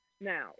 Now